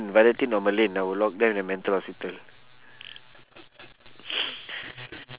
meladine or merlin I would lock them in a mental hospital